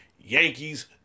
Yankees